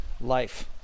life